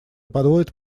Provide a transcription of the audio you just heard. подводит